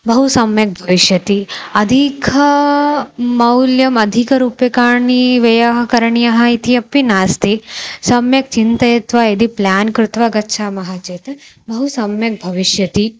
बहु सम्यक् भविष्यति अधिकं मौल्यम् अधिकरूप्यकाणां व्ययः करणीयः इति अपि नास्ति सम्यक् चिन्तयित्वा यदि प्लेन् कृत्वा गच्छामः चेत् बहु सम्यक् भविष्यति